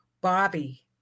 Bobby